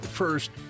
First